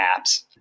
apps